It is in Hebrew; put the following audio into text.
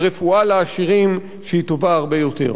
ורפואה לעשירים שהיא טובה הרבה יותר.